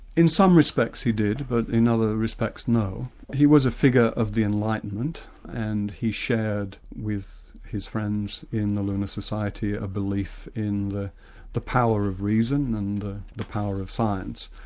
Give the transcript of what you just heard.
in some respects he did, but in other respects, no. he was a figure of the enlightenment and he shared with his friends in the lunar society a belief in the the power of reason and the the power of science,